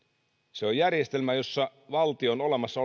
se on järjestelmä jossa valtion olemassa